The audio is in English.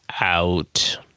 out